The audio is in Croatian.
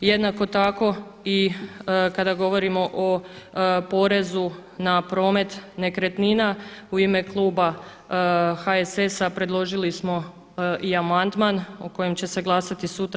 Jednako tako i kada govorimo o porezu na promet nekretnina u ime kluba HSS-a predložili smo i amandman o kojem se će glasati sutra.